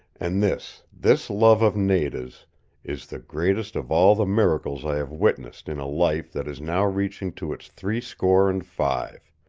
and this this love of nada's is the greatest of all the miracles i have witnessed in a life that is now reaching to its three score and five.